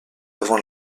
avant